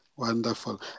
Wonderful